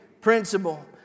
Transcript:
principle